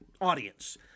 audience